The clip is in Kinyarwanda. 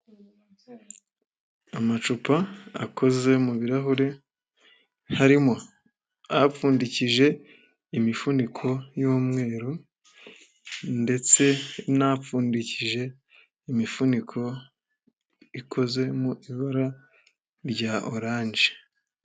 Amacupa akoze mu birahure harimo apfundikije imifuniko y'umweru ndetse n'apfundikije imifuniko ikoze mu ibara rya oranje.